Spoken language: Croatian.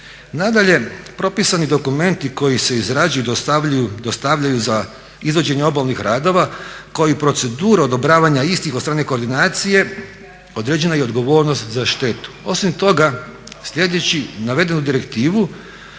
Nadalje, propisani dokumenti koji se izrađuju i dostavljaju za izvođenje obalnih radova koji proceduru odobravanja istih od strane koordinacije određena je i odgovornost za štetu. Osim toga slijedeći navedenu direktivu